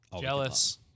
Jealous